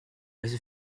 elles